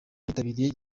bitabiriye